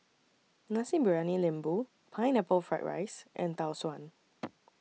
Nasi Briyani Lembu Pineapple Fried Rice and Tau Suan